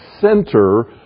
center